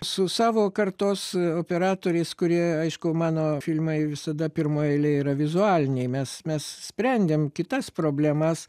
su savo kartos operatoriais kurie aišku mano filmai visada pirmoj eilėj yra vizualiniai mes mes sprendėm kitas problemas